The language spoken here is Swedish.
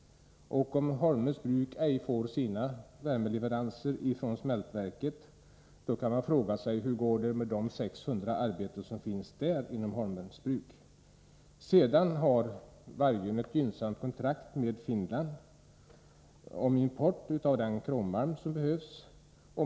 Man kan fråga sig hur det skall gå med de 600 arbetstillfällena vid Holmens Bruk, om bruket ej får sina värmeleveranser. Vidare har man vid Vargöns smältverk tecknat ett gynnsamt kontrakt med Finland om import av krommalm.